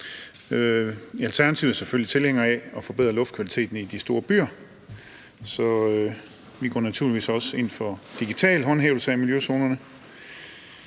Alternativet er vi selvfølgelig tilhængere af at forbedre luftkvaliteten i de store byer, så vi går naturligvis også ind for digital håndhævelse af miljøzonerne.